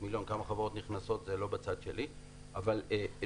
מיליון וכמה חברות נכנסות כי זה לא בצד שלי אבל נושא